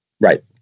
Right